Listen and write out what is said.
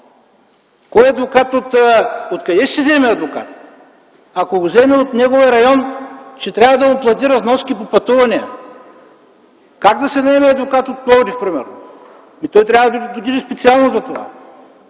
ще се наеме? Откъде ще вземе адвокат? Ако го вземе от неговия район, ще трябва да му плати разноски по пътуването. Как да си наеме адвокат от Пловдив, примерно? Той трябва да отиде там специално за това.